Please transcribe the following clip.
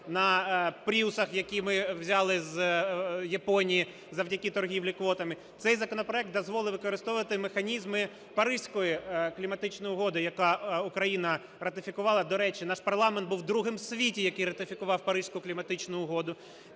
на "пріусах", які ми взяли з Японії, завдяки торгівлі квотами. Цей законопроект дозволив використовувати механізми Паризької кліматичної угоди, яку Україна ратифікувала. До речі, наш парламент був другим в світі, який ратифікував Паризьку кліматичну угоду.